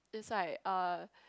is like uh